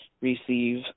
receive